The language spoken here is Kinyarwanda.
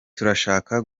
turashaka